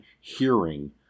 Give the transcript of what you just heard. hearing